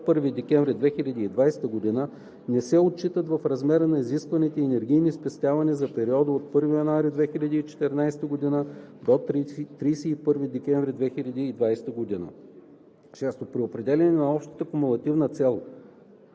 31 декември 2020 г., не се отчитат в размера на изискваните енергийни спестявания за периода от 1 януари 2014 г. до 31 декември 2020 г. (6) При определяне на общата кумулативна цел